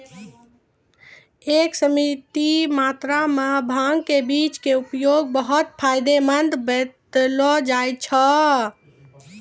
एक सीमित मात्रा मॅ भांग के बीज के उपयोग बहु्त फायदेमंद बतैलो जाय छै